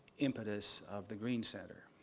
impetus of the green center.